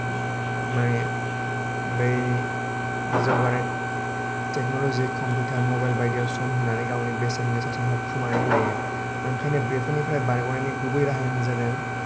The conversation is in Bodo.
माने बै जौगानाय टेक्नलजि कम्पिउटार मबाइल बायदिआव सम होनानै गावनि बेसेन गोसा समखौ खोमानानै लायो ओंखायनो बेफोरनिफ्राय बारगनायनि गुबै राहायानो जादों